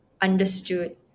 understood